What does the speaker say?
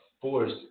force